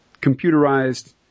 computerized